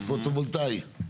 פוטו-וולטאי?